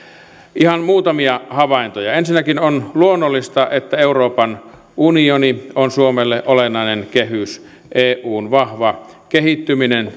ihan muutamia havaintoja ensinnäkin on luonnollista että euroopan unioni on suomelle olennainen kehys eun vahva kehittyminen